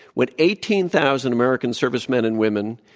when eighteen thousand american servicemen and women,